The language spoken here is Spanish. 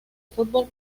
fútbol